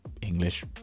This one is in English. English